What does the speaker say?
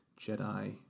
Jedi